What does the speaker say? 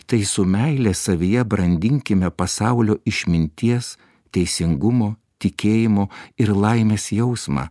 tai su meile savyje brandinkime pasaulio išminties teisingumo tikėjimo ir laimės jausmą